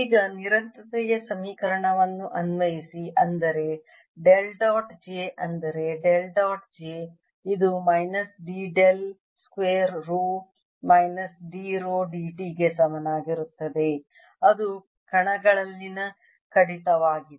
ಈಗ ನಿರಂತರತೆಯ ಸಮೀಕರಣವನ್ನು ಅನ್ವಯಿಸಿ ಅಂದರೆ ಡೆಲ್ ಡಾಟ್ j ಅಂದರೆ ಡೆಲ್ ಡಾಟ್ j ಇದು minus D del square rho minus d rho dt ಗೆ ಸಮಾನವಾಗಿರುತ್ತದೆ ಅದು ಕಣಗಳಲ್ಲಿನ ಕಡಿತವಾಗಿದೆ